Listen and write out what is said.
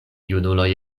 junuloj